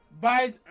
buys